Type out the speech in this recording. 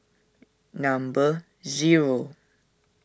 number zero